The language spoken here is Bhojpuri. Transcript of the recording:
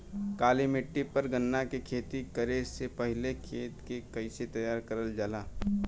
काली मिट्टी पर गन्ना के खेती करे से पहले खेत के कइसे तैयार करल जाला?